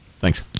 Thanks